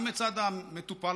גם מצד המטופל,